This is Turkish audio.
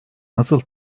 nasıl